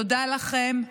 תודה לכם.